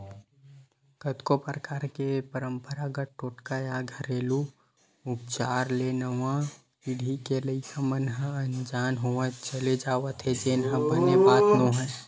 कतको परकार के पंरपरागत टोटका या घेरलू उपचार ले नवा पीढ़ी के लइका मन ह अनजान होवत चले जावत हे जेन ह बने बात नोहय